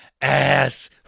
ass